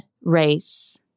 race